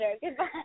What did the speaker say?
Goodbye